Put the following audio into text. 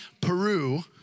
Peru